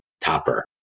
topper